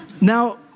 Now